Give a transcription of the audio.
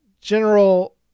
general